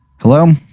Hello